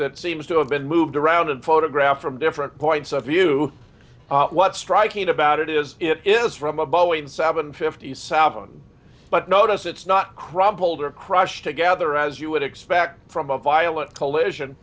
that seems to have been moved around and photographed from different points of view what's striking about it is it is from a boeing seven fifty south one but notice it's not crumpled or crushed together as you would expect from a violent collision